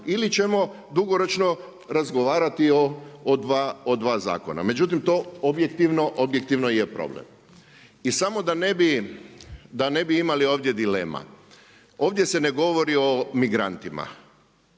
ili ćemo dugoročno razgovarati o dva zakona. Međutim, to objektivno je problem. I samo da ne bi imali ovdje dilema. Ovdje se ne govori o migrantima,